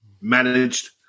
managed